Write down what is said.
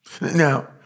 Now